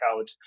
out